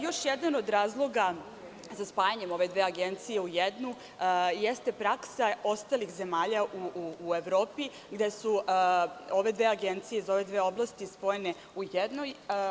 Još jedan od razloga za spajanje ove dve agencije u jednu jeste praksa ostalih zemalja u Evropi, gde su ove dve agencije spojene u jednu.